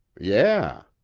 yeah.